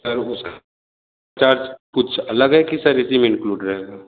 sir उस सब कुछ अलग है कि सर इसी में इंक्लूड रहेगा